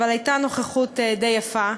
אבל הייתה נוכחות די יפה.